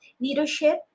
leadership